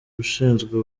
ushinzwe